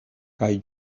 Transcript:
kaj